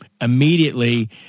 immediately